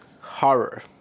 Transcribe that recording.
horror